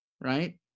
Right